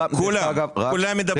היא